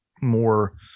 more